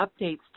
updates